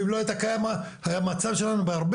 ואם לא הייתה קיימת המצב שלנו היה בהרבה